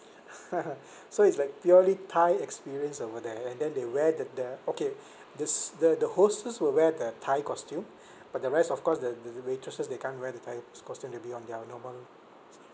so it's like purely thai experience over there and then they wear the the okay there's the the hostess will wear the thai costume but the rest of course the the the waitresses they can't wear the thai s~ costume they be on their normal